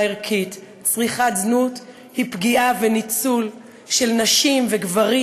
ערכית: צריכת זנות היא פגיעה וניצול של נשים וגברים,